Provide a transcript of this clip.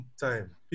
time